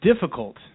difficult